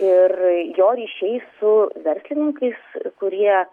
ir jo ryšiai su verslininkais kurie